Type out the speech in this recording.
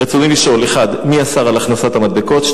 רצוני לשאול: 1. מי אסר את הכנסת המדבקות?